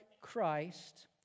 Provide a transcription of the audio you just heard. Christ